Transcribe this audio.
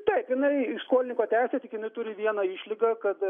taip jinai iš skolininko teisė tik jinai turi vieną išlygą kad